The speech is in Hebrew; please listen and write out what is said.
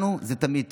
לנו זה תמיד טוב,